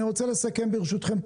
אני רוצה לסכם ברשותכם.